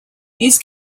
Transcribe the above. east